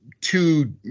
two